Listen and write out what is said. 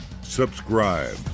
subscribe